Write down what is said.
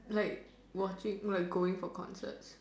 like watching like going for concerts